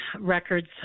records